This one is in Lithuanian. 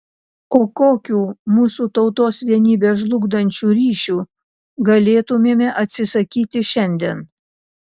o kokių mūsų tautos vienybę žlugdančių ryšių galėtumėme atsisakyti šiandien